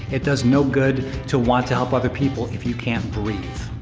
it does no good to want to help other people if you can't breathe.